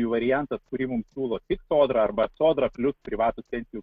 variantas kurį mums siūlo tik sodra arba sodra plius privatūs pensijų